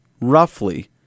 roughly